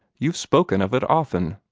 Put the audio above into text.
you've spoken of it often.